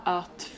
att